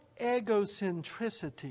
egocentricity